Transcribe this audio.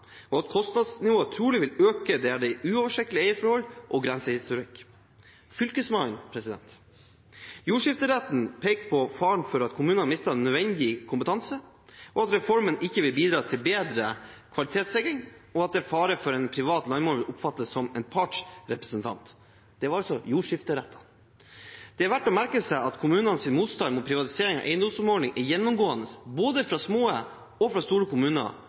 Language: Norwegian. og at kostnadsnivået trolig vil øke der det er uoversiktlige eierforhold og grensehistorikk. Fylkesmannen, president! Jordskifterettene peker på faren for at kommunene mister nødvendig kompetanse, at reformen ikke vil bidra til bedre kvalitetssikring, og at det er fare for at en privat landmåler vil oppfattes som en partsrepresentant. Det var altså jordskifterettene. Det er verdt å merke seg at kommunenes motstand mot privatisering av eiendomsoppmålingen er gjennomgående både fra små og fra store kommuner,